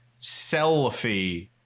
selfie